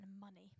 money